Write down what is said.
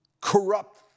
corrupt